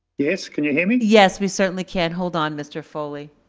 yes, can you hear me? yes, we certainly can. hold on mr. foley.